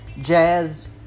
jazz